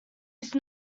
use